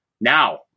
Now